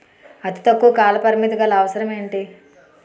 అతి తక్కువ కాల పరిమితి గల అవసరం ఏంటి